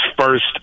first